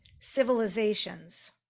civilizations